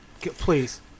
Please